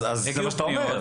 אז זה מה שאתה אומר.